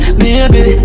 baby